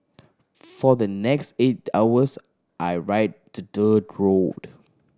for the next eight hours I ride the dirt road